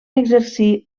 exercir